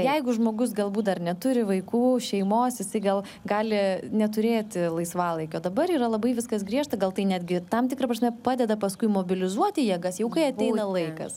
jeigu žmogus galbūt dar neturi vaikų šeimos jisai gal gali neturėti laisvalaikio dabar yra labai viskas griežta gal tai netgi tam tikra prasme padeda paskui mobilizuoti jėgas jau kai ateina laikas